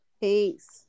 Peace